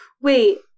Wait